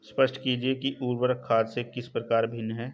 स्पष्ट कीजिए कि उर्वरक खाद से किस प्रकार भिन्न है?